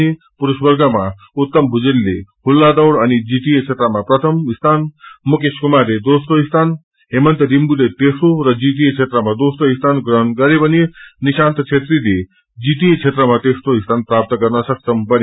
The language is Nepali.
भने पुरूष वर्गमा उत्तम भुजेलले खुल्ला छौड़ अनि जीटिए क्षेत्रमा प्रथम स्थान मुकेश कुमारले दोस्रो सीीन हेमन्त लिम्बलु तेस्रो र जीटिए क्षेत्रमा दोस्रो स्थान प्राप्त गरे ीभने निशान्त छेत्रीले जीटिए क्षेत्रमा तेस्रो स्थान प्राप्त गर्न सक्षम बने